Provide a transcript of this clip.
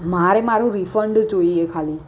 મારે મારું રિફંડ જોઈએ ખાલી